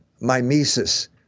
mimesis